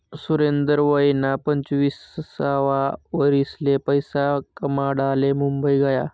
सुरेंदर वयना पंचवीससावा वरीसले पैसा कमाडाले मुंबई गया